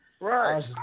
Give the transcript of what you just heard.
Right